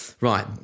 Right